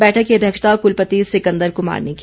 बैठक की अध्यक्षता कुलपति सिकंदर कुमार ने की